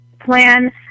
plan